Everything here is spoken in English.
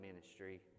ministry